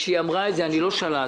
כשהיא אמרה את זה אני לא שללתי.